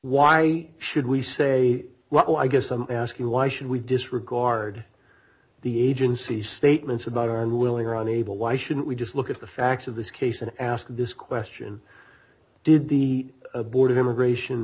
why should we say well i guess i'm asking why should we disregard the agency's statements about are unwilling or unable why shouldn't we just look at the facts of this case and ask this question did the board of immigration